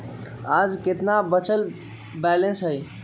आज केतना बचल बैलेंस हई?